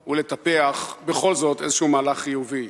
ולטפח בכל זאת איזשהו מהלך חיובי.